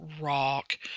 rock